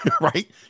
right